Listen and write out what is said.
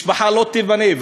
משפחה לא תיבנה.